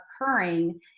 occurring